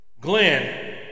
Glenn